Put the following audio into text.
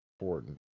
important